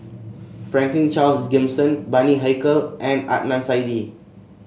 Franklin Charles Gimson Bani Haykal and Adnan Saidi